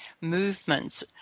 movements